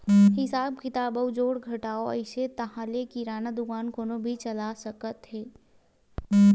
हिसाब किताब अउ जोड़ घटाव अइस ताहाँले किराना दुकान कोनो भी चला सकत हे